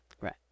Right